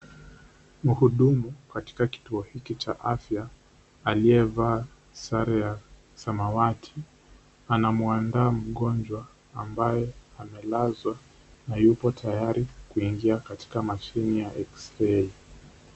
Mhudumu katika kituo hiki cha afya aliyevaa sare ya samawati anamuandaa mgonjwa ambaye amelazwa na yupo tayari kuingia katika mashini ya x-ray.